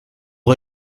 rez